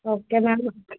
okay madam